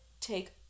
take